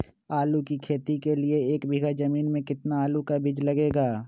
आलू की खेती के लिए एक बीघा जमीन में कितना आलू का बीज लगेगा?